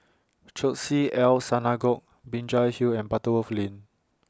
Chesed El Synagogue Binjai Hill and Butterworth Lane